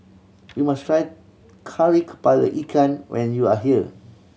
you must try Kari Kepala Ikan when you are here